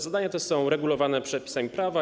Zadania te są regulowane przepisami prawa.